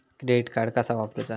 Credit card कसा वापरूचा?